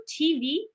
TV